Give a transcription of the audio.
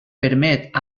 permet